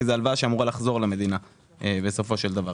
זה הלוואה שאמורה לחזור למדינה בסופו של דבר.